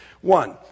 One